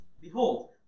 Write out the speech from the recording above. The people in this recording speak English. Behold